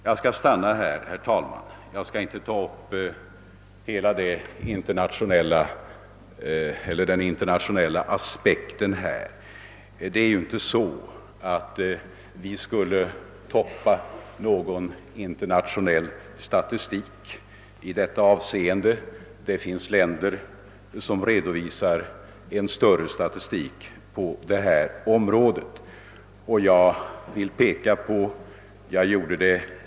Jag skall här inte ta upp de internationella aspekterna men vill ändå nämna att det inte förhåller sig så att Sverige toppar den internationella självmordsstatistiken. Det finns länder som redovisar högre statistiska siffror.